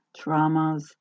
traumas